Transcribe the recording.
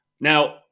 Now